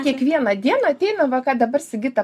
kiekvieną dieną ateina va ką dabar sigita